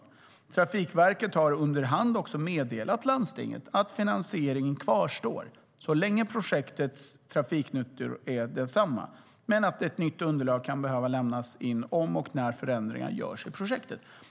Trafikverket har under hand också meddelat landstinget att finansieringen kvarstår så länge projektets trafiknytta är densamma men att ett nytt underlag kan behöva lämnas in om och när förändringar görs i projektet.